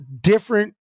different